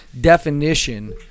definition